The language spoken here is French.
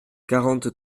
quarante